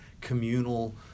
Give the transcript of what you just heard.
communal